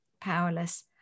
powerless